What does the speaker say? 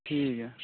ठीक ऐ